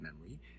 memory